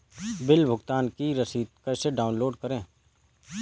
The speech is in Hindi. बिल भुगतान की रसीद कैसे डाउनलोड करें?